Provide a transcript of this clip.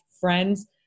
friends